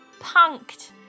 Punked